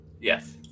Yes